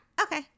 Okay